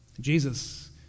Jesus